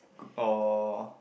or